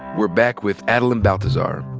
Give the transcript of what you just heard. we're back with adeline baltazar.